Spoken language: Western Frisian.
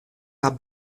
har